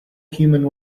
human